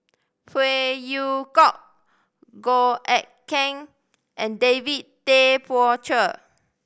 Phey Yew Kok Goh Eck Kheng and David Tay Poey Cher